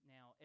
Now